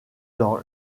dans